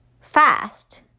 fast